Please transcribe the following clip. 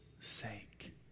sake